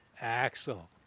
Axel